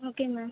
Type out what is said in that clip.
okay ma'am